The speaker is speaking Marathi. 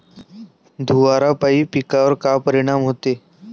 धुवारापाई पिकावर का परीनाम होते?